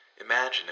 Imagine